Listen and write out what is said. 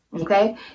Okay